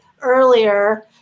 earlier